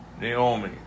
Naomi